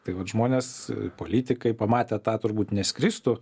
tai vat žmonės politikai pamatę tą turbūt neskristų